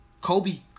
Kobe